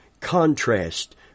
contrast